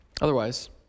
Otherwise